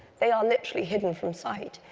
they are literally hidden from sight.